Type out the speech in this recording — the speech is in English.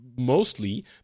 mostly